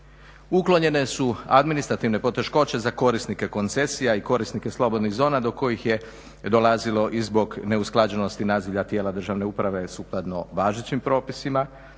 Uklonjene su administrativne poteškoće za korisnike koncesija i korisnike slobodnih zona do kojih je dolazilo i zbog neusklađenosti nazivlja tijela državne uprave sukladno važećim propisima,